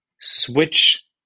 switch